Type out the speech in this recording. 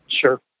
Sure